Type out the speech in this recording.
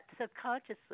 subconsciously